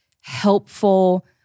helpful